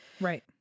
Right